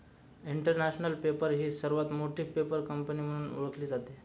international Paper ही सर्वात मोठी पेपर कंपनी म्हणून ओळखली जाते